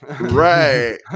Right